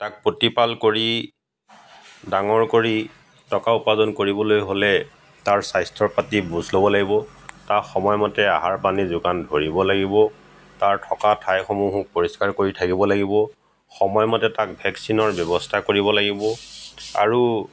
তাক প্ৰতিপাল কৰি ডাঙৰ কৰি টকা উপাৰ্জন কৰিবলৈ হ'লে তাৰ স্বাস্থ্য পাতিৰ বুজ ল'ব লাগিব তাক সময়মতে আহাৰ পানী যোগান ধৰিব লাগিব তাৰ থকা ঠাইসমূহো পৰিস্কাৰ কৰি থাকিব লাগিব সময়মতে তাক ভেকচিনৰ ব্যৱস্থা কৰিব লাগিব আৰু